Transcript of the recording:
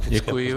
Děkuji.